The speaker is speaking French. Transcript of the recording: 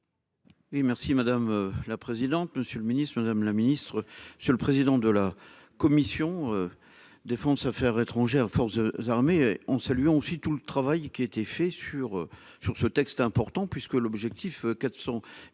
Merci madame la présidente. Monsieur le Ministre, Madame la Ministre sur le président de la commission. Défense, Affaires étrangères forces armées en saluant aussi tout le travail qui a été fait sur sur ce texte important puisque l'objectif 400